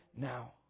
now